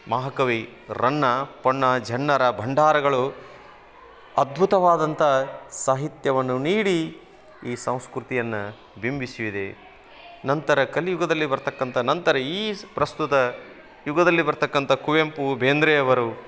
ಮಹಾಕವಿ ರನ್ನ ಪೊನ್ನ ಜನ್ನರ ಭಂಡಾರಗಳು ಅದ್ಭುತವಾದಂಥ ಸಾಹಿತ್ಯವನ್ನು ನೀಡಿ ಈ ಸಂಸ್ಕೃತಿಯನ್ನ ಬಿಂಬಿಸಿದೆ ನಂತರ ಕಲಿಯುಗದಲ್ಲಿ ಬರತಕ್ಕಂಥ ನಂತರ ಈ ಸ್ ಪ್ರಸ್ತುತ ಯುಗದಲ್ಲಿ ಬರತಕ್ಕಂಥ ಕುವೆಂಪು ಬೇಂದ್ರೆಯವರು